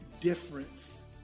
difference